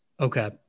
Okay